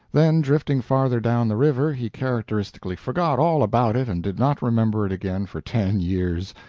then, drifting farther down the river, he characteristically forgot all about it and did not remember it again for ten years,